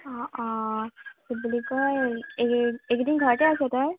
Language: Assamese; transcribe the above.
অ অ কি বুলি কয় এই এইকেইদিন ঘৰতে আছ তই